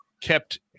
kept